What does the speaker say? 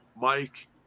Mike